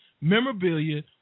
memorabilia